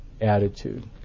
attitude